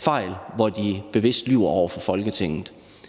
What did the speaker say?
fejl, hvor de bevidst havde løjet over for Folketinget.